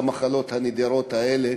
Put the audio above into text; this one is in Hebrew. למחלות הנדירות האלה.